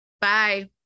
Bye